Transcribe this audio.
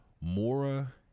Mora